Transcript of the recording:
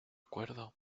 cuerdo